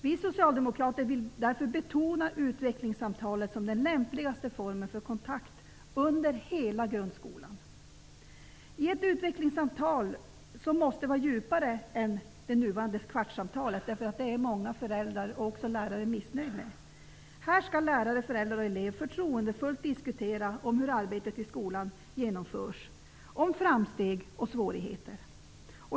Vi socialdemokrater vill betona utvecklingssamtalet som den lämpligaste formen för kontakt under hela grundskolan. I ett utvecklingssamtal -- som måste vara djupare än det nuvarande kvartssamtalet, många föräldrar och lärare är missnöjda -- skall lärare, föräldrar och elever förtroendefullt diskutera hur arbetet i skolan genomförs, om framsteg och svårigheter.